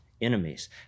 enemies